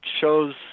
shows